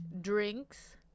drinks